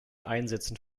einsätzen